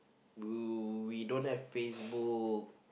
uh we don't have Facebook